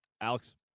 Alex